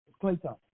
Clayton